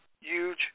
huge